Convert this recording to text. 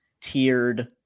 tiered